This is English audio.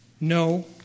No